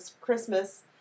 Christmas